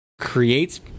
creates